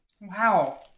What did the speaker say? Wow